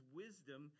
wisdom